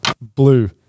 blue